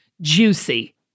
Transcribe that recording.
juicy